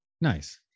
Nice